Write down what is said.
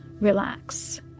relax